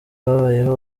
babayeho